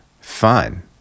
fun